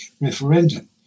referendum